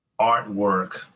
artwork